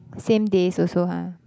same days also [huh]